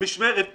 משמרת בוקר,